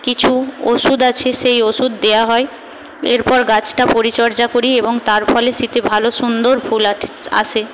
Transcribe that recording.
কিছু ওষুধ আছে সেই ওষুধ দেওয়া হয় এরপর গাছটা পরিচর্যা করি এবং তার ফলে শীতে ভালো সুন্দর ফুল আটে আসে